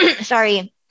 sorry